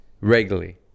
regularly